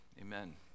Amen